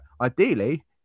ideally